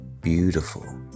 beautiful